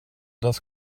das